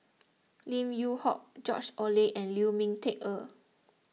Lim Yew Hock George Oehlers and Lu Ming Teh Earl